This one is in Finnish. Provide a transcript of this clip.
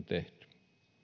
tehty